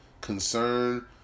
concern